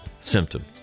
symptoms